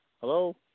hello